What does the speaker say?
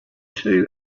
two